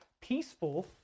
peaceful